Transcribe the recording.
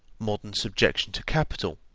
modern subjection to capital,